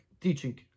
teaching